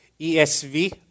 ESV